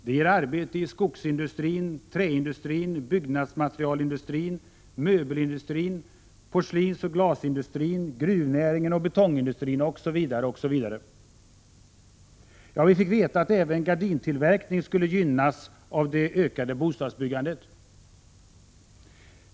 Det ger arbete i skogsindustrin, träindustrin, byggnadsmaterialindustrin, möbelindustrin, porslinsoch glasindustrin, gruvnäringen, betongindustrin, osv. Ja, vi fick veta att även gardintillverkningen skulle gynnas av det ökade bostadsbyggandet.